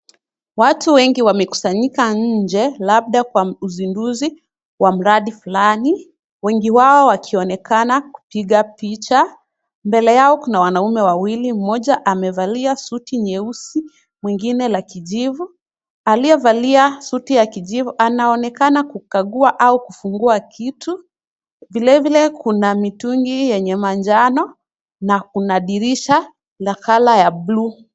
Watu wengi wamekusanyika nje labda kwa uzinduzi wa mradi flani, wengi wao wakionekana kupiga picha. Mbele yao kuna wanaume wawili mmoja amevalia suti nyeusi mwengine la kijivu. Aliyevalia suti ya kijivu anaonekana kukagua au kufungua kitu. Vilevile kuna mitungi ya manjano na dirisha ya [c]color[c] ya buluu.